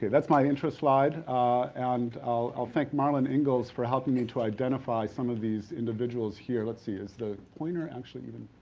that's my intro slide and i'll thank marlin ingalls for helping me to identify some of these individuals here. let's see, is the pointer actually